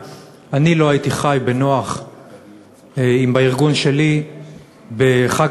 והבנייה, התיקון שמנסים לקדם, גם בחוק